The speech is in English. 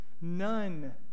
None